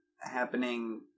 happening